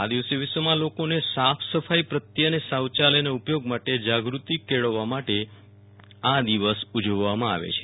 આ દિવસે વિશ્વમાં લોકોને સાફ સફાઈ અને શૌયાલયના ઉપયોગ માટે જાગૃતિ કેળવવા માટે અ દિવસ ઉજવવામાં આવે છે